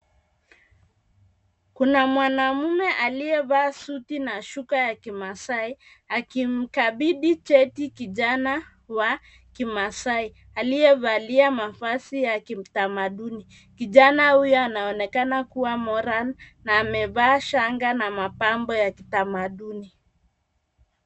Kuna mwanamme aliye valaa suti na shuka ya kimaasai akimkabidhi cheti kijana wa kimaasai aliye valia mavazi ya kitamaduni. Kijana huyo anaonekana kuwa [cs ] Moran [cs ] na amevaa shanga na mapambo ya kitamaduni.